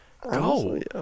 Go